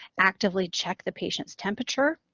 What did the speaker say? actively check the patient's temperature,